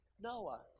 Noah